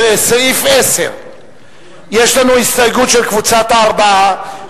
לסעיף 10 יש לנו הסתייגות של קבוצת הארבעה,